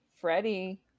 Freddie